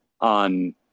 on